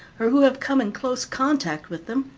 or who have come in close contact with them,